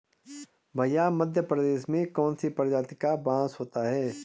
भैया मध्य प्रदेश में कौन सी प्रजाति का बांस होता है?